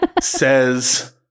Says